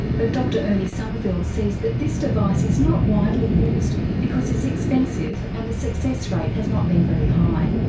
but dr ernie summerville says that this device is not widely used because it's expensive and the success rate has not been very high.